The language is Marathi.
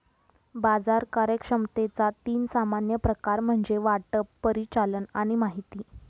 बाजार कार्यक्षमतेचा तीन सामान्य प्रकार म्हणजे वाटप, परिचालन आणि माहिती